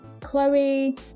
chloe